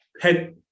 head